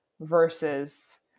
versus